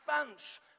advance